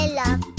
love